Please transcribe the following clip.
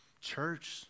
church